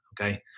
okay